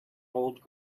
old